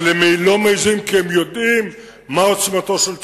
אבל הם לא מעזים, כי הם יודעים מה עוצמתו של צה"ל,